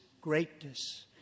greatness